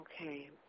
Okay